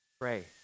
Pray